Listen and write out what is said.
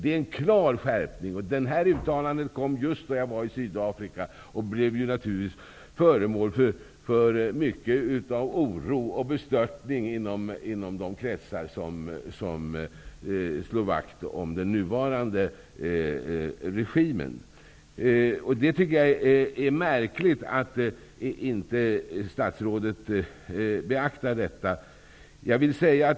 Det är en klar skärpning. Det här uttalandet kom just när jag var i Sydafrika. Det blev naturligtvis föremål för mycken oro och bestörtning inom de kretsar som slår vakt om den nuvarande regimen. Det är märkligt att statsrådet inte beaktar detta.